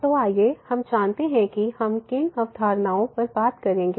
तो आइए जानते हैं कि हम किन अवधारणाओं पर बात करेंगे